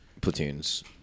platoons